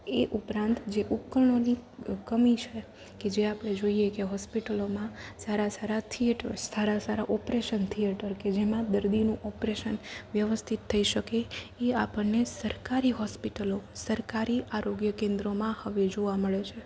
એ ઉપરાંત જે ઉપકરણોની કમી છે જે આપણે જોઈએ કે હોસ્પિટલોમાં સારા સારા થિયેટર્સ સારા સારા ઑપરેશન થિયેટર કે જેમાં દર્દીનુ ઑપરેશન વ્યવસ્થીત થઈ શકે એ આપણને સરકારી હોસ્પિટલો સરકારી આરોગ્ય કેન્દ્રોમાં હવે જોવા મળે છે